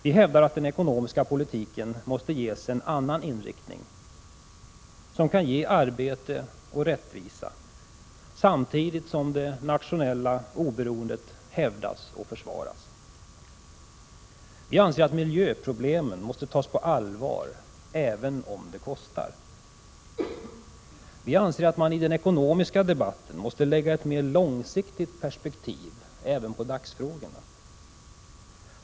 Vi hävdar att den ekonomiska politiken måste ges en annan inriktning, som kan ge arbete och rättvisa samtidigt som det nationella oberoendet hävdas och försvaras. Vi anser att miljöproblemen måste tas på allvar även om det kostar. Vi anser att man i den ekonomiska debatten måste anlägga ett mer långsiktigt perspektiv även på dagsfrågorna.